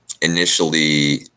Initially